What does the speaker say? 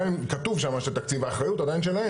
גם אם כתוב שתקציב, האחריות עדיין שלהם.